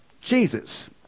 Jesus